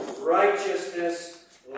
righteousness